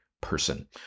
person